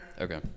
Okay